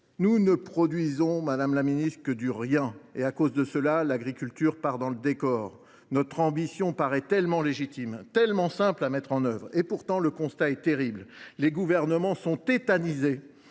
nous ne produisons que du rien et, à cause de cela, l’agriculture part dans le décor. Notre ambition paraît tellement légitime, tellement simple à mettre en œuvre, et pourtant, le constat est terrible : les gouvernements sont tétanisés